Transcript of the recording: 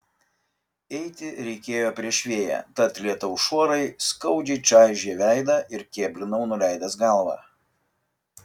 eiti reikėjo prieš vėją tad lietaus šuorai skaudžiai čaižė veidą ir kėblinau nuleidęs galvą